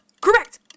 Correct